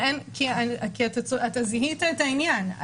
אתה זיהית את העניין.